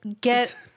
get